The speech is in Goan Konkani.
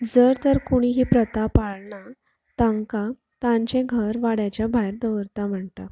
जर तर कोणी ही प्रथा पाळना तांकां तांचे घर वाड्याच्या भायर दवरता म्हणटा